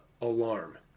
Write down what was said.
alarm